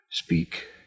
speak